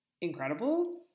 incredible